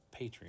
Patreon